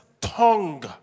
tongue